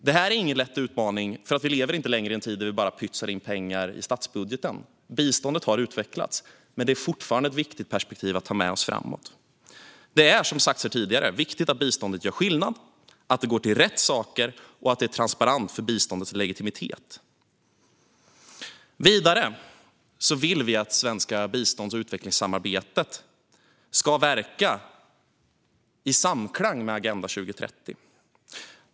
Detta är ingen lätt sak, för vi lever inte längre i en tid när vi bara pytsar in pengar i statsbudgeten. Biståndet har utvecklats, men det är fortfarande ett viktigt perspektiv att ha med oss framåt. För biståndets legitimitet är det, som har sagts här tidigare, viktigt att biståndet gör skillnad, att det går till rätt saker och att det är transparent. Vidare vill vi att det svenska bistånds och utvecklingssamarbetet ska verka i samklang med Agenda 2030.